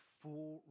full